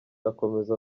akomeza